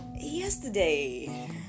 yesterday